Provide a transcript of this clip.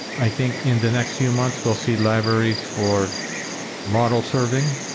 i think in the next few months we'll see libraries for model serving,